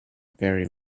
very